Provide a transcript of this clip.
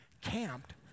camped